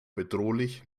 bedrohlich